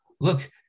look